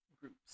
groups